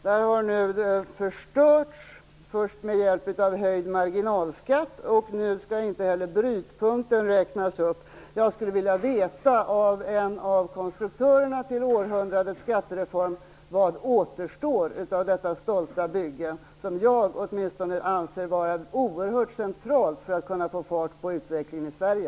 Den har förstörts först med hjälp av höjd marginalskatt, och nu skall inte heller brytpunkten räknas upp. Jag skulle vilja veta av en av konstruktörerna till århundradets skattereform vad som återstår av detta stolta bygge, som jag åtminstone anser vara oerhört centralt för att få fart på utvecklingen i Sverige.